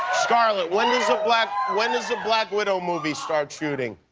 scarlett, when does the black when does the black widow movie starts shooting?